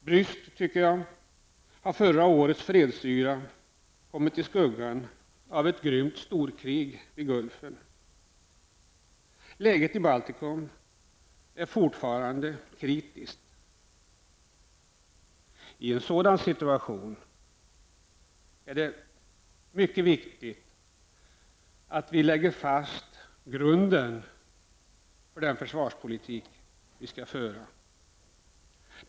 Bryskt har förra årets fredsyra kommit i skuggan av ett grymt storkrig vid Gulfen. Läget i Baltikum är fortfarande kritiskt. I en sådan situation är det mycket viktigt att vi lägger fast grunden för den försvarspolitik vi skall föra.